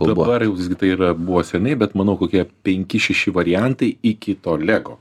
dabar jau visgi tai yra buvo seniai bet manau kokie penki šeši variantai iki to lego